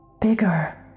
Bigger